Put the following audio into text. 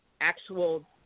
actual